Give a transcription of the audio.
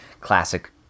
Classic